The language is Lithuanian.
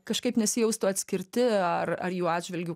kažkaip nesijaustų atskirti ar ar jų atžvilgiu